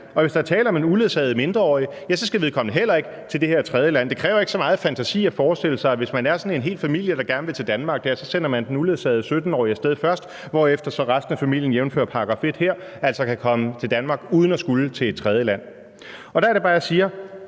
Og hvis der er tale om en uledsaget mindreårig, skal vedkommende heller ikke til det her tredjeland. Det kræver ikke så meget fantasi at forestille sig, at hvis man er sådan en hel familie, der gerne vil til Danmark, så sender man den uledsagede 17-årige af sted først, hvorefter resten af familien – jævnfør § 1 her – altså kan komme til Danmark uden at skulle til et tredjeland. Og der er det bare, jeg siger: